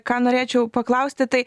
ką norėčiau paklausti tai